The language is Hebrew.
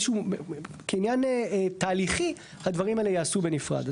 כעניין תהליכי הדברים האלה יעשו בנפרד.